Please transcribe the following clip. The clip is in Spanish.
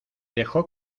dejó